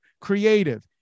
creative